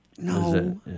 No